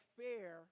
fair